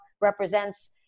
represents